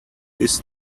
this